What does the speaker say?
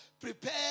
Prepare